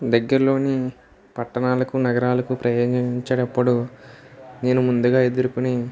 దగ్గరలోని పట్టణాలకు నగరాలకు ప్రయాణించేటప్పుడు నేను ముందుగా ఎదుర్కొనే